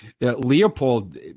Leopold